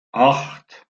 acht